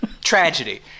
Tragedy